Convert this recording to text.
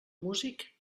músic